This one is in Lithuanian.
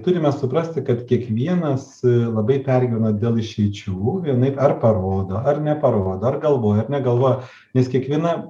turime suprasti kad kiekvienas labai pergyvena dėl išeičių vienaip ar parodo ar neparodo ar galvoja ar negalvoja nes kiekviena